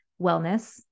wellness